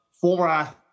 Former